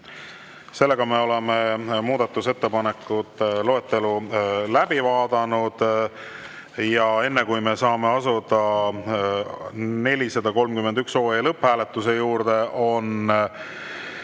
Me oleme muudatusettepanekute loetelu läbi vaadanud. Enne kui me saame asuda 431 OE lõpphääletuse juurde, on